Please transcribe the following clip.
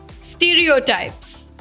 stereotypes